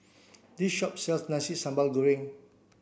this shop sells Nasi Sambal Goreng